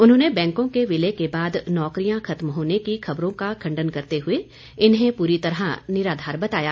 उन्होंने बैंकों के विलय के बाद नौकरियां खत्म होने की खबरों का खंडन करते हुए इन्हें पूरी तरह निराधार बताया